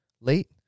late